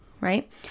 right